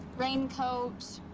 raincoat.